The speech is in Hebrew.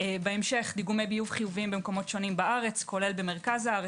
בהמשך דיגומי ביוב חיוביים במקומות שונים בארץ כולל במרכז הארץ,